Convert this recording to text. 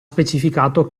specificato